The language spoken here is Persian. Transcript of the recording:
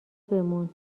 بمون